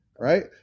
Right